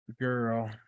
Girl